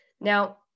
Now